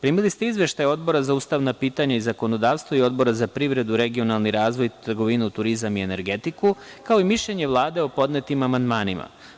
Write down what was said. Primili ste izveštaje Odbora za ustavna pitanja i zakonodavstvo i Odbora za privredu, regionalni razvoj, trgovinu, turizam i energetiku, kao i mišljenje Vlade o podnetim amandmanima.